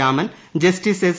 Raman justice S